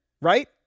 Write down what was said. right